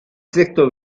sexto